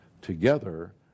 together